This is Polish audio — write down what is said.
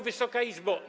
Wysoka Izbo!